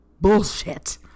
bullshit